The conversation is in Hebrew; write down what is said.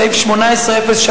סעיף 180503,